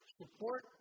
support